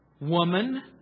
Woman